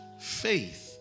Faith